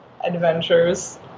adventures